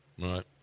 Right